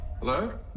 Hello